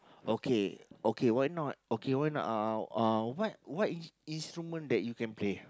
okay okay why not okay why not uh uh what what in instrument that you can play